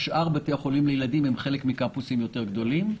שאר בתי החולים לילדים הם חלק מקמפוסים גדולים יותר.